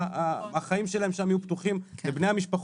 שהחיים שלהם שם יהיו פתוחים לבני המשפחות,